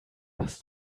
was